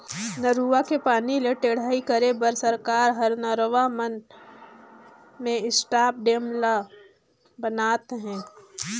नरूवा के पानी ले टेड़ई करे बर सरकार हर नरवा मन में स्टॉप डेम ब नात हे